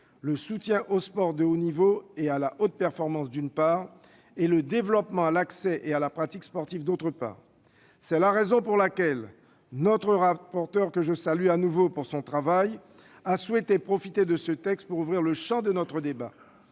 le soutien au sport de haut niveau et à la haute performance, d'une part, le développement de l'accès à la pratique sportive, d'autre part. C'est la raison pour laquelle notre rapporteur, que je salue de nouveau pour son travail, a souhaité profiter de ce texte pour ouvrir le champ de notre débat.